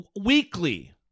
weekly